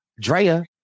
Drea